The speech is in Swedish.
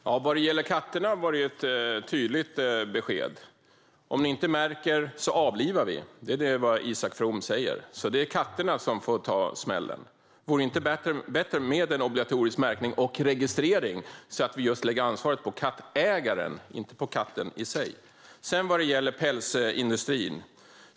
Herr talman! Vad gäller katterna fick vi ett tydligt besked. Om ni inte märker avlivar vi. Det är vad Isak From säger. Det är alltså katterna som får ta smällen. Vore det inte bättre med en obligatorisk märkning och registrering så att vi lägger ansvaret på kattägaren, inte på katten? Så till pälsindustrin.